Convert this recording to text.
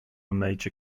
major